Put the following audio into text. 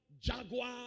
Jaguar